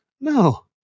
No